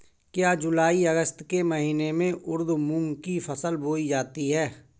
क्या जूलाई अगस्त के महीने में उर्द मूंग की फसल बोई जाती है?